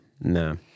No